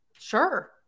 Sure